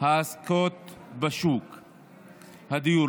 העסקאות בשוק הדיור,